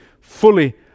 fully